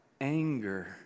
anger